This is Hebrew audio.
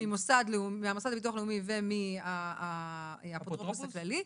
מהמוסד לביטוח לאומי ומהאפוטרופוס הכללי.